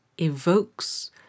evokes